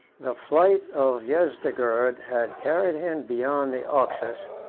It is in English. the flight of yezdegerd had carried him beyond the oxus,